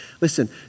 Listen